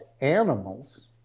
animals